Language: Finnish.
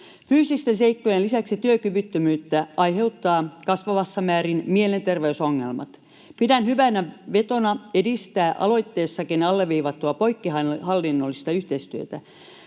Fyysisten seikkojen lisäksi työkyvyttömyyttä aiheuttavat kasvavassa määrin mielenterveysongelmat. Pidän hyvänä vetona edistää aloitteessakin alleviivattua poikkihallinnollista yhteistyötä.